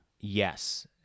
Yes